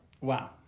Wow